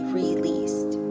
released